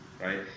right